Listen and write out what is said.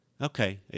okay